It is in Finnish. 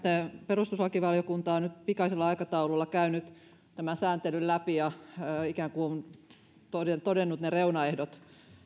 perustuslakivaliokunta on nyt pikaisella aikataululla käynyt tämän sääntelyn läpi ja ikään kuin todennut ne reunaehdot